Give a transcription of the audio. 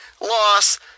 loss